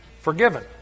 forgiven